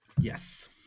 Yes